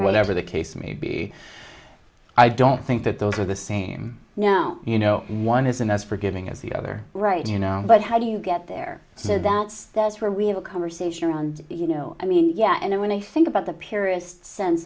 whatever the case may be i don't think that those are the same now you know one isn't as forgiving as the other right you know but how do you get there so that's that's where we have a conversation around you know i mean yeah and when i think about the purest sense